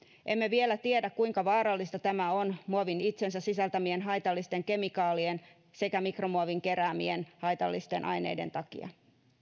emme vielä tiedä kuinka vaarallista tämä on muovin itsensä sisältämien haitallisten kemikaalien sekä mikromuovin keräämien haitallisten aineiden takia